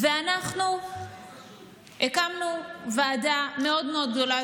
ואנחנו הקמנו ועדה מאוד מאוד גדולה,